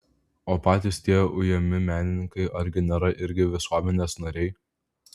o patys tie ujami menininkai argi nėra irgi visuomenės nariai